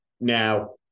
Now